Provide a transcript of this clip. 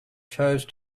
chose